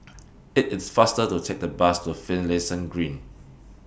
IT IS faster to Take The Bus to Finlayson Green